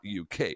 UK